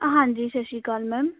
ਹਾਂਜੀ ਸਤਿ ਸ਼੍ਰੀ ਅਕਾਲ ਮੈਮ